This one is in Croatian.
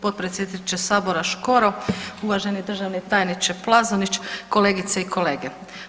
Potpredsjedniče Sabora Škoro, uvaženi državni tajniče Plazonić, kolegice i kolege.